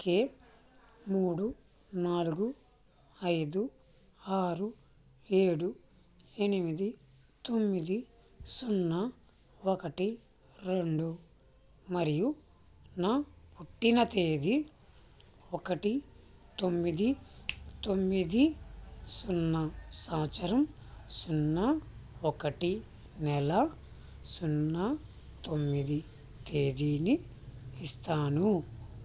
మూడు నాలుగు ఐదు ఆరు ఏడు ఎనిమిది తొమ్మిది సున్నా ఒకటి రెండు మరియు నా పుట్టిన తేదీ ఒకటి తొమ్మిది తొమ్మిది సున్నా సంవత్సరం సున్నా ఒకటి నెల సున్నా తొమ్మిది తేదీని ఇస్తాను